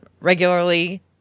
regularly